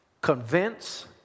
convince